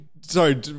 sorry